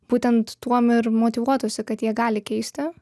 būtent tuom ir motyvuotųsi kad jie gali keisti